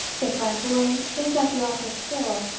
if my boy is at the office still!